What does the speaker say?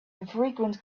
infrequent